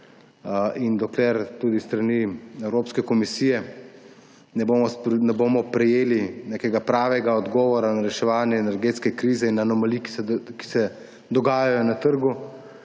Dokler tudi s strani Evropske komisije ne bomo prejeli nekega pravega odgovora na reševanje energetske krize in anomalije, ki se dogajajo na trgu